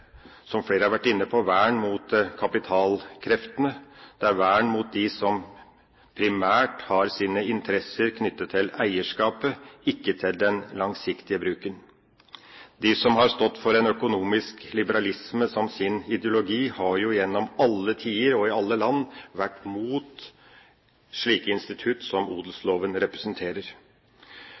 vern mot dem som primært har sine interesser knyttet til eierskapet, ikke til den langsiktige bruken. De som har stått for en økonomisk liberalisme som sin ideologi, har gjennom alle tider og i alle land vært imot slike institutt som odelsloven representerer.